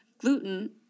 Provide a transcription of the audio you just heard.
gluten